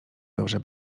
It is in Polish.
dobrze